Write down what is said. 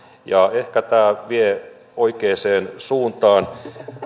ja ehkä tämä vie oikeaan suuntaan